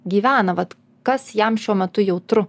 gyvena vat kas jam šiuo metu jautru